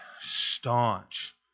staunch